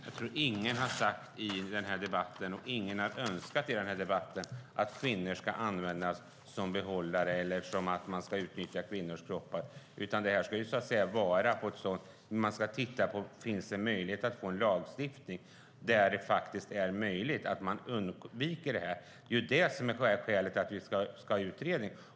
Herr talman! Jag tror inte att någon har sagt eller önskat i denna debatt att kvinnor ska användas som behållare eller att man ska utnyttja kvinnors kroppar. Man ska titta på om det finns en möjlighet att få en lagstiftning som gör det möjligt att undvika detta. Det är det som är skälet till att vi ska ha en utredning.